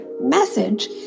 message